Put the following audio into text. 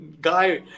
guy